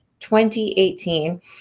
2018